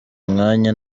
umwanya